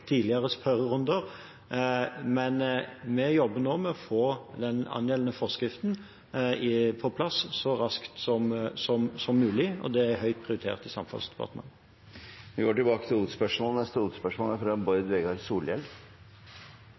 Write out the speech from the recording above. tidligere spørrerunder – men vi jobber nå med å få den angjeldende forskriften på plass så raskt som mulig, og det er høyt prioritert i Samferdselsdepartementet. Vi går videre til neste hovedspørsmål.